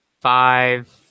five